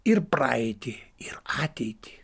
ir praeitį ir ateitį